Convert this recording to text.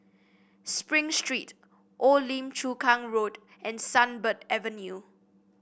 Spring Street Old Lim Chu Kang Road and Sunbird Avenue